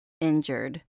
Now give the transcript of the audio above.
injured